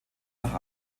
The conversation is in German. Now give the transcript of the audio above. nach